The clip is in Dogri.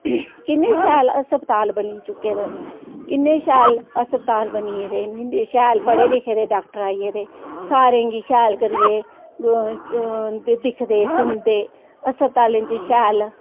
किने शैल हस्पताल बनी चुके दे न इने शैल हस्पताल बनी गेदे न इने शैल पढे लिखे दे डाॅक्टर आई गेदे सारे गी शैल करियै दिखदे सुनदे हस्पताले च शैल